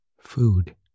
food